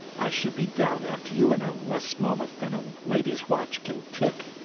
i should be down after you in a less moment than a lady's watch can tick,